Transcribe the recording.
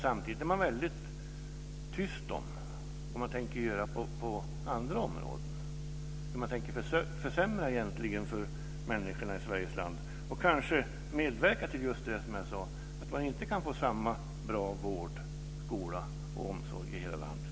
Samtidigt är man väldigt tyst om vad man tänker göra på andra områden och hur man tänker försämra för människorna i Sveriges land och kanske medverka till det som jag sade, dvs. att människor inte kan få samma bra vård, skola och omsorg i hela landet.